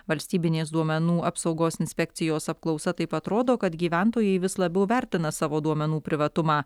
valstybinės duomenų apsaugos inspekcijos apklausa taip pat rodo kad gyventojai vis labiau vertina savo duomenų privatumą